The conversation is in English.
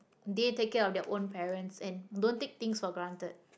they take care of their own parents and don't take things for granted